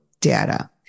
data